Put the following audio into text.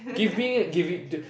giving it give it